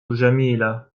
جميلة